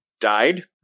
died